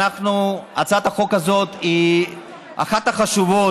הצעת החוק הזאת היא אחת החשובות,